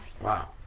Wow